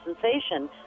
sensation